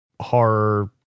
horror